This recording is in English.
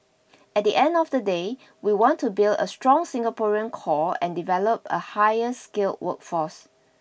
at the end of the day we want to build a strong Singaporean core and develop a higher skilled workforce